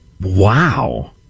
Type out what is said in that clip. Wow